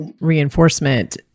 reinforcement